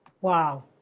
Wow